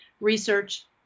Research